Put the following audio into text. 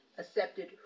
Accepted